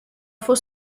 for